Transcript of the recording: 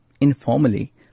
informally